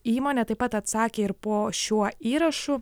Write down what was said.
įmonė taip pat atsakė ir po šiuo įrašu